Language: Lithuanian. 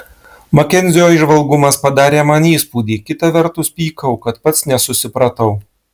makenzio įžvalgumas padarė man įspūdį kita vertus pykau kad pats nesusipratau